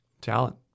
Talent